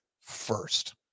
first